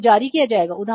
तो वह जारी किया जाएगा